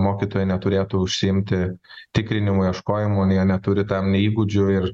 mokytojai neturėtų užsiimti tikrinimu ieškojimu jie neturi tam nei įgūdžių ir